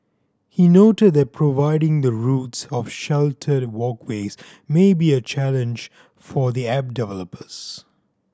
he noted that providing the routes of sheltered walkways may be a challenge for the app developers